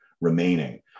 remaining